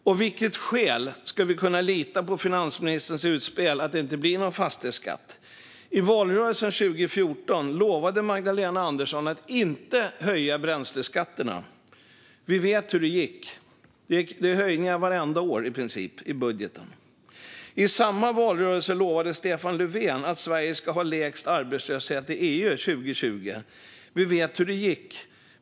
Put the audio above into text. Av vilket skäl ska vi kunna lita på finansministerns utspel om att det inte blir någon fastighetsskatt? I valrörelsen 2014 lovade Magdalena Andersson att inte höja bränsleskatterna. Vi vet hur det gick. Det har varit höjningar i princip vartenda år i budgeten. I samma valrörelse lovade Stefan Löfven att Sverige skulle ha lägst arbetslöshet i EU 2020. Vi vet hur det gick.